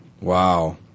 Wow